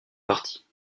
parties